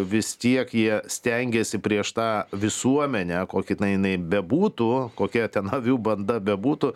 vis tiek jie stengiasi prieš tą visuomenę kokia na jinai bebūtų kokia ten avių banda bebūtų